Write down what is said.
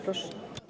Proszę.